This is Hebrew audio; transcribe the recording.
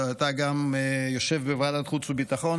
אתה יושב גם בוועדת החוץ והביטחון,